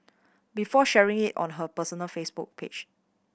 before sharing it on her personal Facebook page